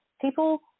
people